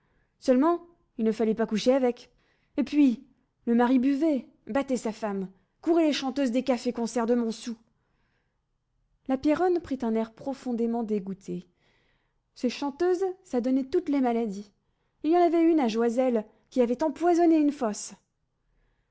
seulement il ne fallait pas coucher avec et puis le mari buvait battait sa femme courait les chanteuses des cafés concerts de montsou la pierronne prit un air profondément dégoûté ces chanteuses ça donnait toutes les maladies il y en avait une à joiselle qui avait empoisonné une fosse